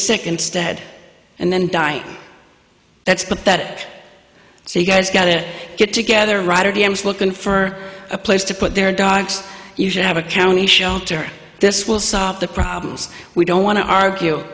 sick instead and then die that's but that so you guys got to get together rotterdam's looking for a place to put their dogs you should have a county shelter this will solve the problems we don't want to argue